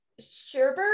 Sherbert